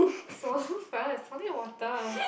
swallow first swallow your water